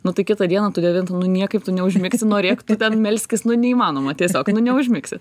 nu tai kitą dieną tu devintą niekaip tu neužmigsi norėk tu ten melskis nu neįmanoma tiesiog nu neužmigsi